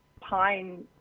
pine